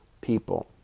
people